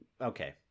okay